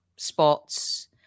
Spots